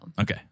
Okay